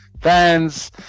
fans